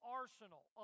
arsenal